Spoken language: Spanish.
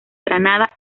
granada